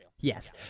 Yes